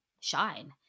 shine